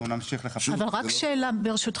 אנחנו נמשיך לחפש את הנתונים האלה.